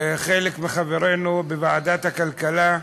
חלק מחברינו בוועדת הכלכלה,